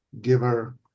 giver